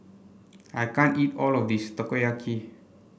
I can't eat all of this Takoyaki